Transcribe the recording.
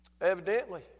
Evidently